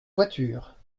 voiture